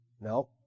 No